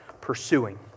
pursuing